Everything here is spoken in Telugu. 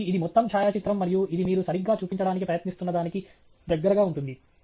కాబట్టి ఇది మొత్తం ఛాయాచిత్రం మరియు ఇది మీరు సరిగ్గా చూపించడానికి ప్రయత్నిస్తున్నదానికి దగ్గరగా ఉంటుంది